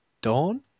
Dawn